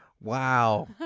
Wow